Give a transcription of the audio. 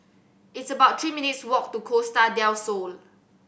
it's about three minutes' walk to Costa Del Sol